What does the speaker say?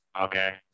okay